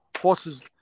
horses